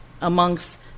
amongst